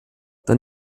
dann